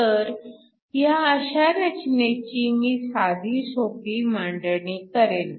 तर ह्या अशा रचनेची मी साधीसोपी मांडणी करेन